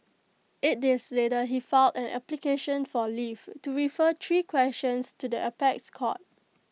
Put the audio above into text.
eight days later he filed an application for leave to refer three questions to the apex court